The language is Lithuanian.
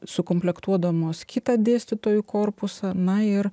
sukomplektuodamos kitą dėstytojų korpusą ir